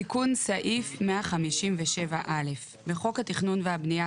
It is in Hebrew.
תיקון סעיף 157א. בחוק התכנון והבנייה